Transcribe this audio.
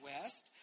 west